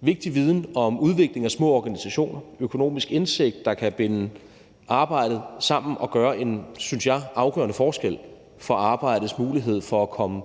vigtig viden om udvikling af små organisationer og økonomisk indsigt, der kan binde arbejdet sammen og gøre en, synes jeg, afgørende forskel for arbejdets mulighed for at komme